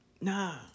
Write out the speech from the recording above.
Nah